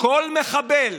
כל מחבל